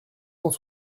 cent